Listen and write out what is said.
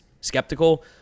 skeptical